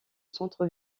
centre